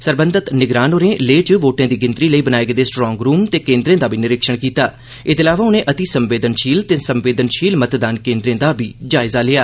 सरबंधत निगरान होरें लेह च वोटें दी गिनतरी लेई बनाए गेदे स्ट्रांग रूम ते केन्द्रें दा बी निरीक्षण कीता एह्दे इलावा उनें अतिसंवेदनशील ते संवेदनशील मतदान केन्द्रें दा बी जायजा लेआ